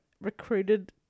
recruited